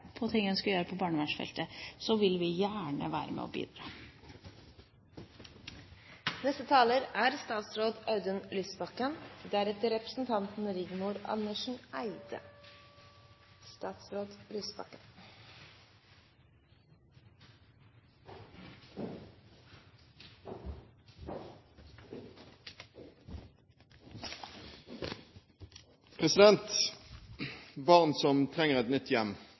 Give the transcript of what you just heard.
ting en skal gjøre på barnevernsfeltet, vil vi gjerne være med og bidra. Barn som trenger et nytt hjem, er